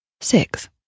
six